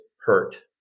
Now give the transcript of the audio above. hurt